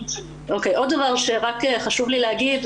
עוד דבר שרק חשוב לי להגיד.